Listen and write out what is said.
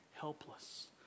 helpless